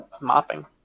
mopping